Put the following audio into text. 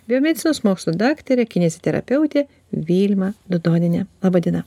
biomedicinos mokslų daktare kineziterapeute vilma dudoniene laba diena